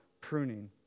pruning